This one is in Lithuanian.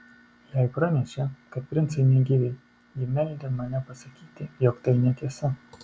jai pranešė kad princai negyvi ji meldė mane pasakyti jog tai netiesa